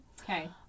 Okay